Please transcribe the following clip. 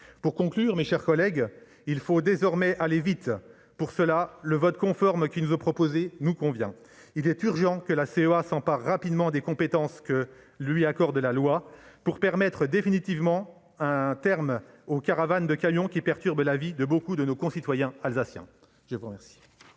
Pour conclure, mes chers collègues, il faut désormais aller vite ; pour cette raison, le vote conforme proposé nous convient. Il est urgent que la CEA s'empare rapidement des compétences accordées par la loi, pour définitivement mettre un terme aux caravanes de camions qui perturbent la vie de beaucoup de nos concitoyens alsaciens. La parole